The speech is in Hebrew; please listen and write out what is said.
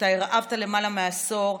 שאותה הרעבת למעלה מעשור,